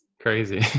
crazy